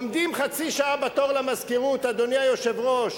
עומדים חצי שעה בתור למזכירות, אדוני היושב-ראש,